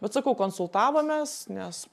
bet sakau konsultavomės nes